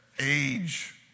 Age